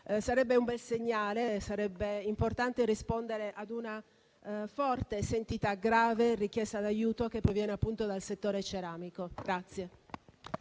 Sarebbe un bel segnale per rispondere a una forte, sentita, grave richiesta d'aiuto che proviene appunto dal settore ceramico.